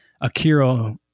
Akira